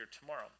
tomorrow